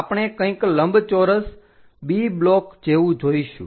આપણે કંઈક લંબચોરસ B બ્લોક જેવું જોઈશું